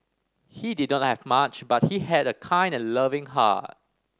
he did not have much but he had a kind and loving heart